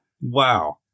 Wow